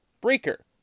Breaker